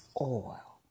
oil